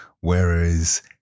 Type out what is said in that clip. whereas